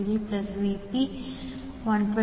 866 0